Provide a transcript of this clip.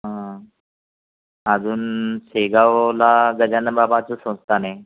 हां अजून शेगावला गजानन बाबाचं संस्थान आहे